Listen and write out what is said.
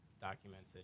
documented